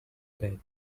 bed